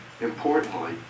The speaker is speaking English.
Importantly